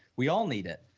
we all need it,